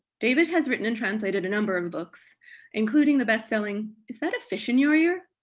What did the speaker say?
david has written and translated a number of books including the bestselling is that a fish in your ear?